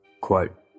Quote